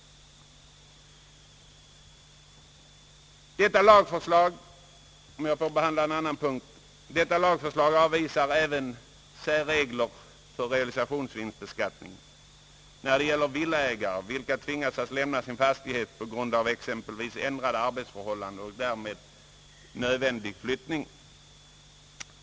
Jag vill nu behandla förslaget på en annan punkt. Lagförslaget avvisar även särregler för realisationsvinstbeskattningen när det gäller villaägare, vilka tvingas lämna sin fastighet på grund av exempelvis ändrade arbetsförhållanden och därmed nödvändig flyttning.